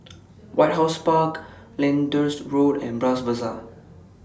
White House Park Lyndhurst Road and Bras Basah